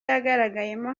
yagaragayemo